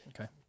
Okay